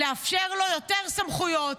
לאפשר לו יותר סמכויות.